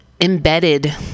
embedded